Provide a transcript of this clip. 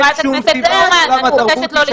חברת הכנסת פורמן, אני מבקשת לא להתפרץ.